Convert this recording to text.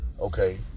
okay